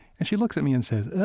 and she looked at me and says,